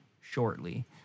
shortly